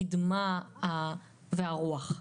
הקידמה והרוח.